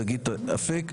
שגית אפיק,